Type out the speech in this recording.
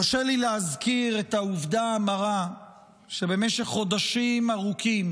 הרשה לי להזכיר את העובדה המרה שבמשך חודשים ארוכים